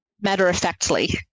matter-of-factly